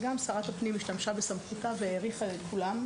וגם שרת הפנים השתמשה בסמכותה והאריכה לכולם,